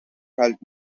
felt